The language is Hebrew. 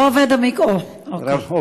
לא עובד, המיקרופון.